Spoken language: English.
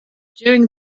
during